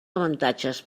avantatges